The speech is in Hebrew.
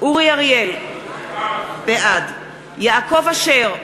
אורי אריאל, בעד יעקב אשר,